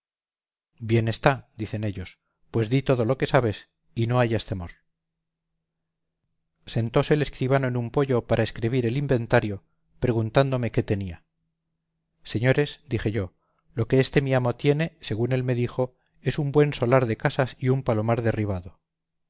bien está dicen ellos pues di todo lo que sabes y no hayas temor sentóse el escribano en un poyo para escrebir el inventario preguntándome qué tenía señores dije yo lo que este mi amo tiene según él me dijo es un muy buen solar de casas y un palomar derribado